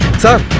sir,